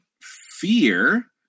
fear